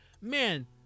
man